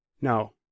No